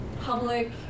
public